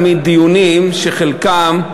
דיונים שחלקם,